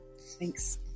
Thanks